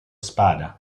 spada